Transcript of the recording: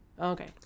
okay